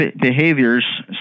behaviors